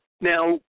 Now